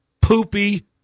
poopy